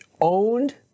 owned